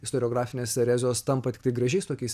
istoriografinės erezijos tampa tiktai gražiais tokiais